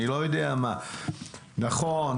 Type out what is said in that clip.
נכון,